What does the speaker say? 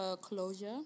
closure